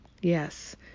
Yes